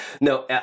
No